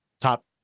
top –